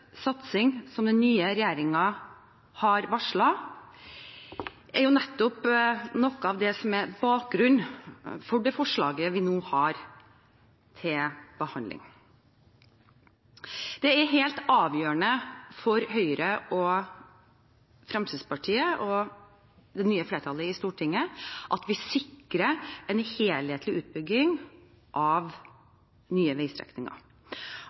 satsing som den nye regjeringen har varslet, er nettopp noe av bakgrunnen for forslaget vi nå har til behandling. Det er helt avgjørende for Høyre, Fremskrittspartiet og det nye flertallet i Stortinget at vi sikrer en helhetlig utbygging av nye veistrekninger.